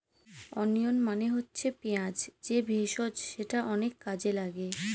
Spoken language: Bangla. ওনিয়ন মানে হচ্ছে পেঁয়াজ যে ভেষজ যেটা অনেক কাজে লাগে